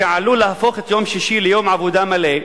שעלול להפוך את יום שישי ליום עבודה מלא,